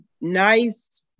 nice